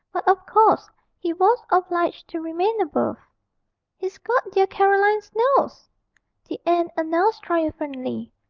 but of course he was obliged to remain above. he's got dear caroline's nose the aunt announced triumphantly,